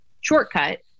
shortcut